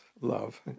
love